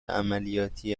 عملیاتی